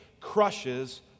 crushes